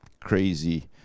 crazy